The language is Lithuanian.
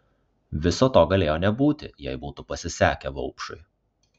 viso to galėjo nebūti jei būtų pasisekę vaupšui